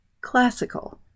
classical